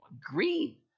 green